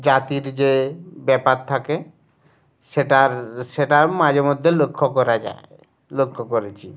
জাতির যে ব্যাপার থাকে সেটার সেটার মাঝে মধ্যে লক্ষ্য করা যায় লক্ষ্য করেছি